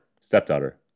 stepdaughter